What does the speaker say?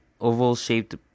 oval-shaped